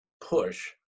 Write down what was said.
push